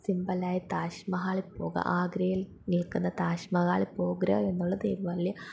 സിമ്പലായ താജ്മഹലില് പോകുക ആഗ്രയിൽ നിൽക്കുന്ന താജ്മഹാളില് പോകുക എന്നുള്ളത് ഒരു വലിയ